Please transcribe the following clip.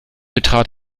betrat